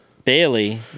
Bailey